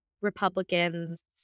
Republicans